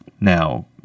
Now